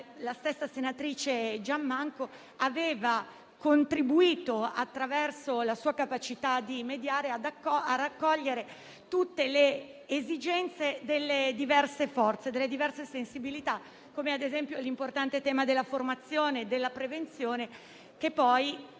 la stessa senatrice Giammanco aveva contribuito, attraverso la sua capacità di mediare, a raccogliere tutte le esigenze delle diverse forze e delle diverse sensibilità, ad esempio sull'importante tema della formazione e della prevenzione. Poi,